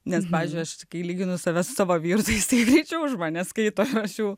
nes pavyzdžiui aš kai lyginu save su savo vyru tai jis tai greičiau už mane skaito ir aš jau